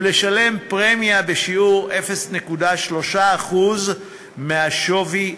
ולשלם פרמיה בשיעור 0.3% מהשווי הנוסף.